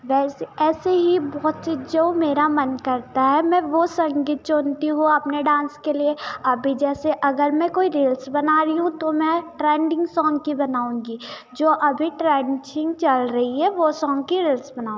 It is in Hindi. बस ऐसे ही बहुत चीज़ों मेरा मन करता है मैं वो संगीत चुनती हूँ अपने डांस के लिए अभी जैसे अगर मैं कोई रिल्स बना रही हूँ तो मैं ट्रैंडिंग सौंग की बनाऊँगी जो अभी ट्रैंचिंग चल रही है वो सौंग की रिल्स बना